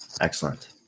Excellent